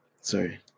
Sorry